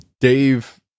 Dave